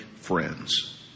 friends